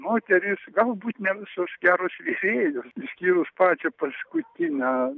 moterys galbūt ne visos geros virėjos išskyrus pačią paskutinę